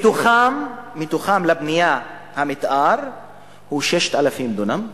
מתוכם, לבנייה המיתאר הוא 6,000 דונם.